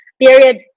period